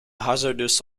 hazardous